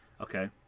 Okay